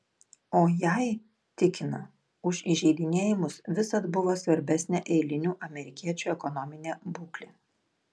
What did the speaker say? o jai tikina už įžeidinėjimus visad buvo svarbesnė eilinių amerikiečių ekonominė būklė